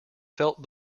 felt